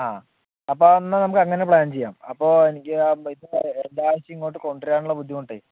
ആ അപ്പോൾ എന്നാൽ നമുക്ക് അങ്ങനെ പ്ലാൻ ചെയ്യാം അപ്പൊൾ എനിക്ക് എല്ലാ ആഴ്ചയും ഇങ്ങോട്ട് കൊണ്ടുവരാനുള്ള ബുദ്ധിമുട്ട്